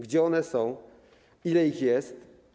Gdzie one są, ile ich jest?